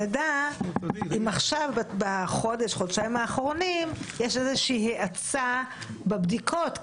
כדי שנדע אם בחודש-חודשיים האחרונים יש איזושהי האצה בבדיקות.